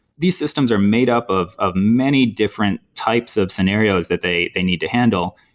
these systems are made up of of many different types of scenarios that they they need to handle,